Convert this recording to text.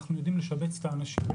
אנחנו יודעים לשבץ את האנשים,